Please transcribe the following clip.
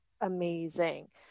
amazing